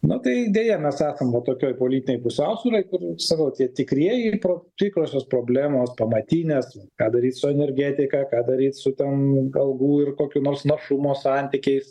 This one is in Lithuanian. na tai deja mes esam va tokioj politinėj pusiausvyroj kur sakau tie tikrieji pro tikrosios problemos pamatinės ką daryt su energetika ką daryt su ten algų ir kokiu nors našumo santykiais